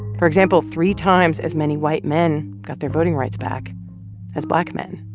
for example, three times as many white men got their voting rights back as black men